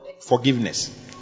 Forgiveness